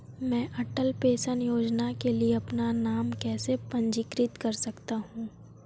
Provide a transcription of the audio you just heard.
मैं अटल पेंशन योजना के लिए अपना नाम कैसे पंजीकृत कर सकता हूं?